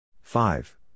five